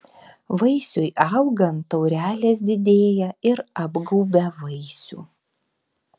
vaisiui augant taurelės didėja ir apgaubia vaisių